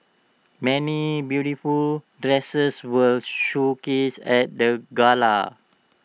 many beautiful dresses were showcased at the gala